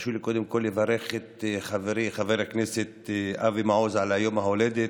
תרשו לי קודם כול לברך את חברי חבר הכנסת אבי מעוז ליום ההולדת,